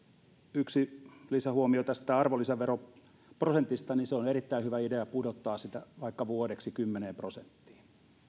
yksi lisähuomio tästä arvonlisäveroprosentista on erittäin hyvä idea pudottaa sitä vaikka vuodeksi kymmenen prosenttiin